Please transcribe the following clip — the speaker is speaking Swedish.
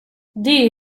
det